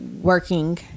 working